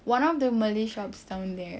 one of the malay shops down there